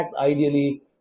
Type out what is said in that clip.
ideally